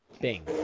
Bing